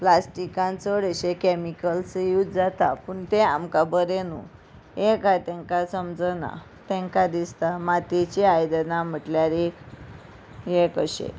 प्लास्टिकान चड अशे chemicals use जाता पूण तें आमकां बरें न्हू हे काय तेंकां समजना तेंका दिसता मातयेची आयदनां म्हटल्यार एक हे कशें